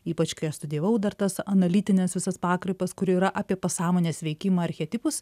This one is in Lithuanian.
ypač kai aš studijavau dar tas analitines visas pakraipas kur yra apie pasąmonės veikimą archetipus